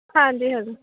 ਹਾਂਜੀ ਹਾਂਜੀ